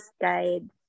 guide